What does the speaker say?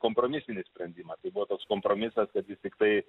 kompromisinis sprendimas tai buvo toks kompromisas kad vis tiktai